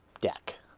deck